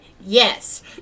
Yes